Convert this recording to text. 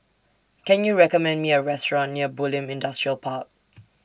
Can YOU recommend Me A Restaurant near Bulim Industrial Park